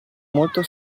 molto